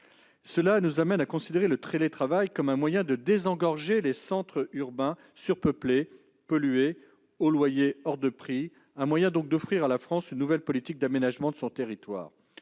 Cela nous conduit à considérer le télétravail comme un moyen de désengorger les centres urbains surpeuplés et pollués, où les loyers sont hors de prix. Il est donc un moyen d'offrir à la France une nouvelle politique d'aménagement de son territoire.